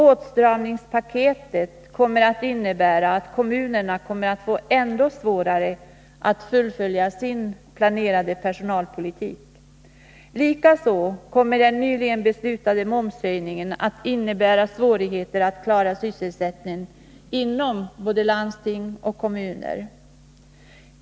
Åtstramningspaketet kommer att innebära att kommunerna kommer att få ändå svårare att fullfölja sin planerade personalpolitik. Likaså kommer den nyligen beslutade momshöjningen att innebära svårigheter att klara sysselsättningen inom både kommuner och landsting.